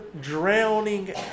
drowning